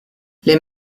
les